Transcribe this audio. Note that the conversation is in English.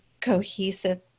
cohesive